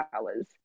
hours